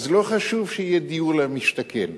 לא חשוב שיהיה דיור למשתכן,